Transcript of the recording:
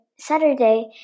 Saturday